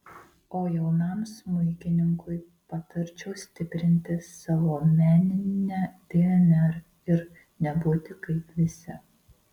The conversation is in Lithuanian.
o jaunam smuikininkui patarčiau stiprinti savo meninę dnr ir nebūti kaip visi